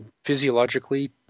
physiologically